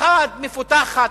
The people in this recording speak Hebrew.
אחת מפותחת,